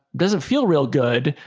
doesn't feel real good.